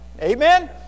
Amen